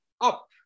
up